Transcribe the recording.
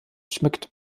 schmeckt